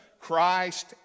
christ